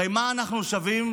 הרי מה אנחנו שווים